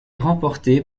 remportée